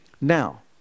Now